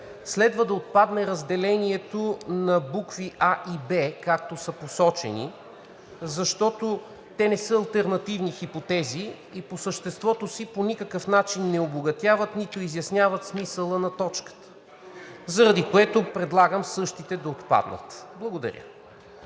следва да отпадне разделението на букви „а“ и „б“, както са посочени, защото те не са алтернативни хипотези и по съществото си по никакъв начин не обогатяват, нито изясняват смисъла на точката, заради което предлагам същите да отпаднат. Благодаря.